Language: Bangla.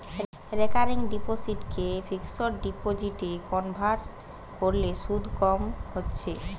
রেকারিং ডিপোসিটকে ফিক্সড ডিপোজিটে কনভার্ট কোরলে শুধ কম হচ্ছে